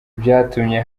byatumye